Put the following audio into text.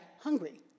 hungry